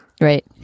Right